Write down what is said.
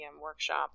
workshop